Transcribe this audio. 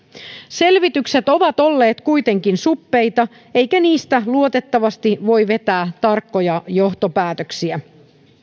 selvitykset ovat olleet kuitenkin suppeita eikä niistä luotettavasti voi vetää tarkkoja johtopäätöksiä